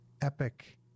epic